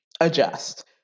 adjust